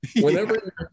Whenever